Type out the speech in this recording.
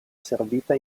servita